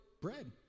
bread